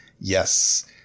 Yes